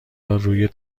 روی